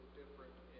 different